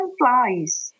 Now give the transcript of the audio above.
flies